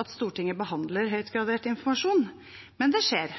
at Stortinget behandler høyt gradert informasjon, men det skjer,